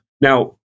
Now